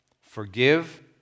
Forgive